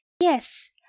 Yes